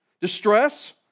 distress